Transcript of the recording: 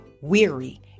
weary